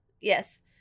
Yes